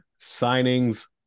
signings